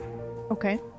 okay